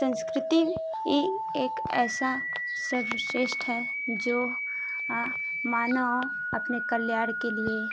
संस्कृति ई एक ऐसा सर्वश्रेष्ठ है जो मानव अपने कल्याण के लिए